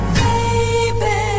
baby